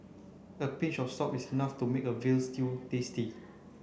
a pinch of salt is enough to make a veal stew tasty